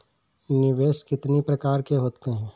निवेश कितनी प्रकार के होते हैं?